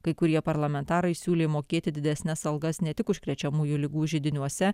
kai kurie parlamentarai siūlė mokėti didesnes algas ne tik užkrečiamųjų ligų židiniuose